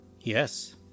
Yes